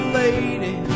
lady